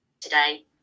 Today